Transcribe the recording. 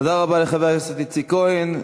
תודה רבה לחבר הכנסת איציק כהן.